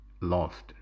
lost